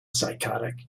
psychotic